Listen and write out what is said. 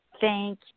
Thank